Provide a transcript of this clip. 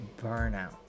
burnout